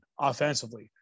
offensively